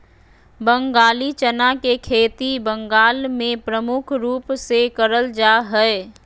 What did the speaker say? बंगाली चना के खेती बंगाल मे प्रमुख रूप से करल जा हय